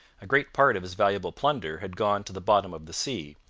a great part of his valuable plunder had gone to the bottom of the sea,